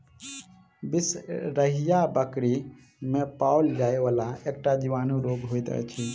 बिसरहिया बकरी मे पाओल जाइ वला एकटा जीवाणु रोग होइत अछि